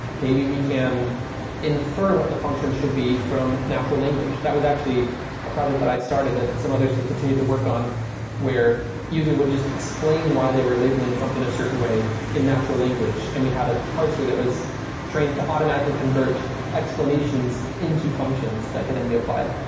maybe we can infer what the functions should be from natural language. that was actually a project that i started that some others have continued to work on where users would just explain why they were labeling something a certain way in natural language, and we had a parser that was trained to automatically convert explanations into functions that could then be applied,